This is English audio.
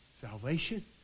salvation